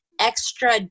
extra